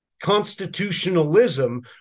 constitutionalism